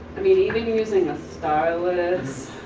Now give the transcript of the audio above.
i mean, even using a stylus,